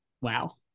Wow